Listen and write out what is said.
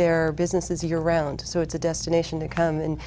their businesses year round so it's a destination to come in